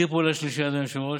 ציר פעולה שלישי, אדוני היושב-ראש: